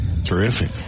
Terrific